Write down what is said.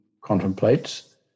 contemplates